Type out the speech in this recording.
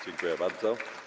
Dziękuję bardzo.